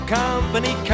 company